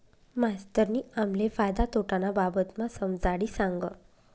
मास्तरनी आम्हले फायदा तोटाना बाबतमा समजाडी सांगं